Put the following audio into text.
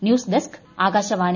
news desk Akashvani